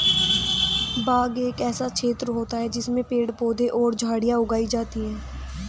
बाग एक ऐसा क्षेत्र होता है जिसमें पेड़ पौधे और झाड़ियां उगाई जाती हैं